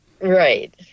Right